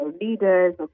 leaders